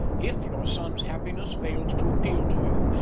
if your son's happiness fails to appeal to you,